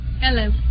Hello